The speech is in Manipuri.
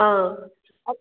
ꯑꯥ